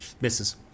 misses